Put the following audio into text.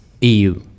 EU